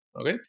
okay